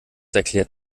erklärt